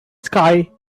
sky